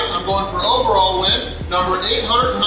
i'm going for overall win number eight hundred